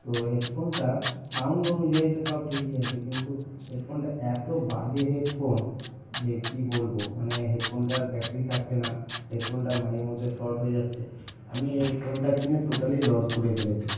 তো হেডফোনটা সাউন্ড অনুযায়ী তো সব ঠিকই আছে কিন্তু হেডফোনটা এত বাজে হেডফোন যে কী বলব মানে হেডফোনটার ব্যাটারি থাকছে না হেডফোনটা মাঝে মধ্যে শর্ট হয়ে যাচ্ছে আমি এই ফোনটা কিনে টোটালি লস করে ফেলেছি